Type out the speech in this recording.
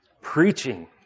preaching